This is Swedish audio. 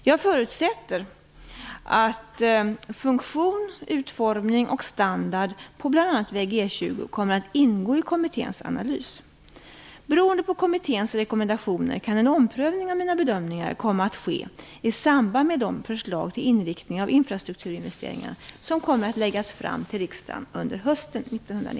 Jag förutsätter att funktion, utformning och standard på bl.a. väg E 20 kommer att ingå i kommitténs analys. Beroende på kommitténs rekommendationer kan en omprövning av mina bedömningar komma att ske i samband med det förslag till inriktning av infrastrukturinvesteringarna som kommer att läggas fram för riksdagen under hösten